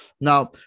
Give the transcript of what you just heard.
Now